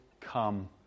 come